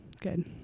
good